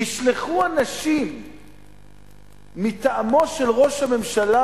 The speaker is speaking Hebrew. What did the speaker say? נשלחו אנשים מטעמו של ראש הממשלה